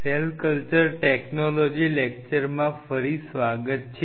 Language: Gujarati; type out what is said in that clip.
સેલ કલ્ચર ટેકનોલોજી લેક્ચરમાં ફરી સ્વાગત છે